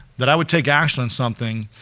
that i would take action on something,